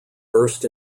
burst